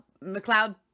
McLeod